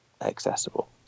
accessible